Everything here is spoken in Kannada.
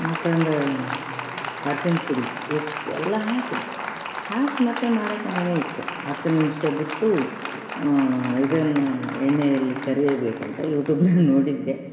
ಮತ್ತೊಂದು ಅರ್ಶನ ಪುಡಿ ಉಪ್ಪು ಎಲ್ಲ ಹಾಕಿದೆ ಹಾಕಿ ಮತ್ತೆ ಮಾಡಕ್ಕೆ ನೆನೆ ಇಟ್ಟೆ ಹತ್ತು ನಿಮಿಷ ಬಿಟ್ಟು ಇದನ್ನು ಎಣ್ಣೆಯಲ್ಲಿ ಕರಿಯಬೇಕು ಅಂತ ಯೂಟ್ಯೂಬ್ನಾಗ ನೋಡಿದ್ದೆ